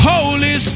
Holy